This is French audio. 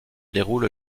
déroule